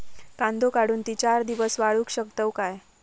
कांदो काढुन ती चार दिवस वाळऊ शकतव काय?